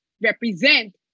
represent